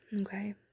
Okay